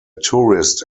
tourist